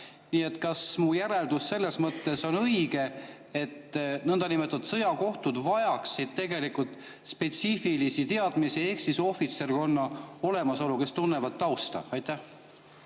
vaja. Kas mu järeldus selles mõttes on õige, et nõndanimetatud sõjakohtud vajaksid tegelikult spetsiifilisi teadmisi ehk ohvitserkonna olemasolu, kes tunnevad tausta? Jaa,